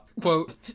quote